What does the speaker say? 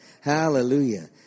Hallelujah